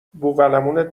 بوقلمونت